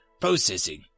Processing